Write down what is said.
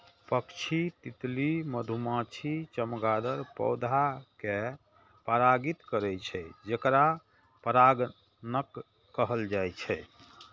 पक्षी, तितली, मधुमाछी, चमगादड़ पौधा कें परागित करै छै, जेकरा परागणक कहल जाइ छै